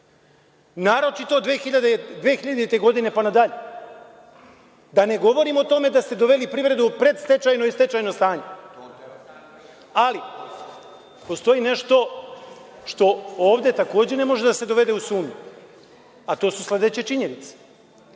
Naročito od 2000. godine pa nadalje, da ne govorim o tome da ste doveli privredu u predstečajno i stečajno stanje, ali postoji nešto što ovde takođe ne može da se dovede u sumnju, a to su sledeće činjenice. Nije